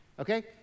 Okay